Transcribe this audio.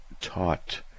taught